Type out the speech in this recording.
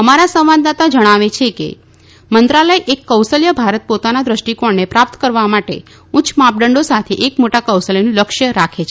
અમારા સંવાદદાતા જણાવે છે કે મંત્રાલય એક કૌશલ્ય ભારત પોતના દ્રષ્ટિકોણને પ્રાપ્ત કરવા માટે ઉચ્ય માપદંડો સાથે એક મોટા કૌશલ્યનું લક્ષ્ય રાખે છે